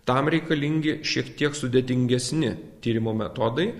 tam reikalingi šiek tiek sudėtingesni tyrimo metodai